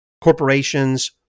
corporations